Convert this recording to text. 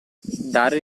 dare